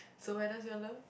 so where does your love